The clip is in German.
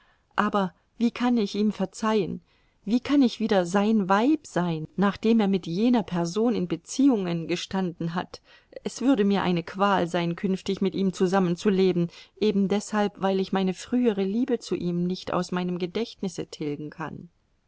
aber wie kann ich ihm verzeihen wie kann ich wieder sein weib sein nachdem er mit jener person in beziehungen gestanden hat es würde mir eine qual sein künftig mit ihm zusammen zu leben eben deshalb weil ich meine frühere liebe zu ihm nicht aus meinem gedächtnisse tilgen kann